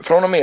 Sedan den